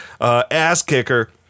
ass-kicker